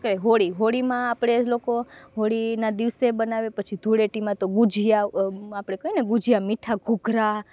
શું કહેવાય હોળી હોળીમાં આપણે લોકો હોળીના દિવસે બનાવે પછી ધૂળેટીમાં તો ગુજીયા આપણે કહીને ગુજીયા મીઠા ઘૂઘરા